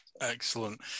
excellent